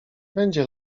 będzie